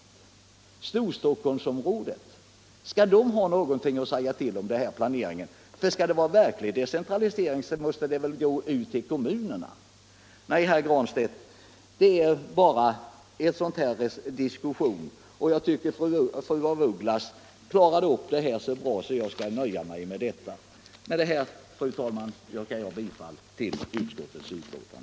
Skall inte de andra kommunerna i Storstockholmsområdet ha någonting att säga till om i den här planeringen? Skall det vara verklig decentralisering så måste väl avgörandet ligga hos kommunerna. Nej, herr Granstedt, vad ni har att komma med är bara prat. Jag tycker emellertid att fru af Ugglas klarade den här diskussionen så bra att jag inte skall uppehålla mig vid detta. Fru talman! Jag ber att få yrka bifall till utskottets hemställan.